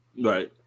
right